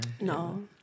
No